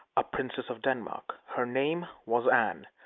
a princess of denmark. her name was anne.